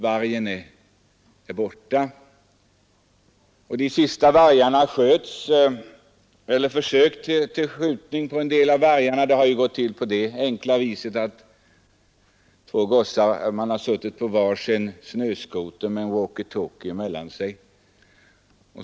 Vargen är borta. Skjutningen av en del av vargarna har gått till på det enkla viset att två gossar har suttit på var sin snöskoter med en walkie-talkie.